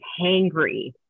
hangry